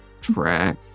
track